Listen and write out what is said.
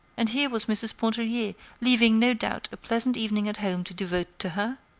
and here was mrs. pontellier leaving, no doubt, a pleasant evening at home to devote to her?